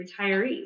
retirees